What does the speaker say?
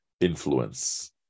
influence